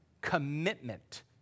commitment